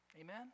amen